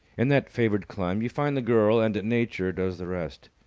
in that favoured clime, you find the girl and nature does the rest.